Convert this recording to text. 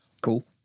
cool